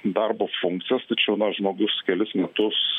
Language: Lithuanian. darbo funkcijas tačiau na žmogus kelis metus